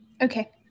Okay